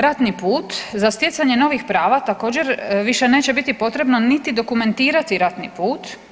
Ratni put za stjecanje novih prava također više neće biti potrebno niti dokumentirati ratni put.